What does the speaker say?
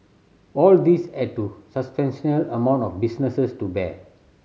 all these add to amount of businesses to bear